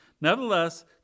Nevertheless